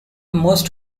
most